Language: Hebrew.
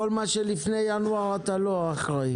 על כל מה שלפני ינואר אתה לא אחראי?